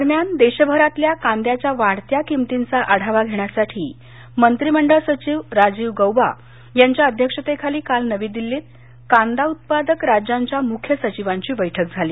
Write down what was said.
दरम्यान देशभरात कांद्याच्या वाढत्या किमतींचा आढावा घेण्यासाठी मंत्रिमंडळ सचिव राजीव गौबा यांच्या अध्यक्षतेखाली काल कांदा उत्पादक राज्यांच्या मुख्य सचिवांची बैठक झाली